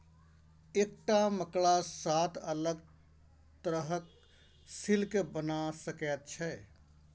एकटा मकड़ा सात अलग तरहक सिल्क बना सकैत छै